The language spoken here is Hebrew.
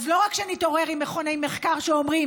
אז לא רק שנתעורר עם מכוני מחקר שאומרים